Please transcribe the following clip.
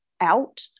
out